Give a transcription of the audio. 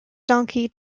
donkey